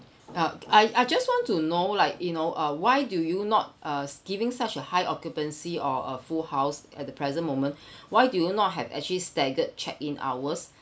uh I I just want to know like you know uh why do you not uh giving such a high occupancy or a full house at the present moment why do you not have actually staggered check in hours